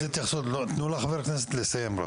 תנו לחבר הכנסת רק לסיים.